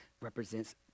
represents